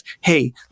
hey